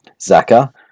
Zaka